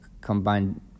combined